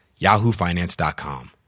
yahoofinance.com